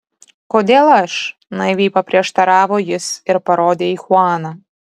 kodėl aš naiviai paprieštaravo jis ir parodė į chuaną